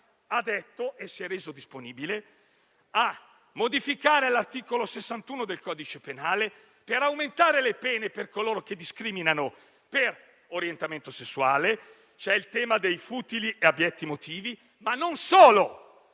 Ostellari si è reso disponibile a modificare l'articolo 61 del codice penale, per aumentare le pene per coloro che discriminano per orientamento sessuale. C'è il tema dei futili e abbietti motivi, ma non solo.